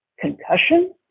concussion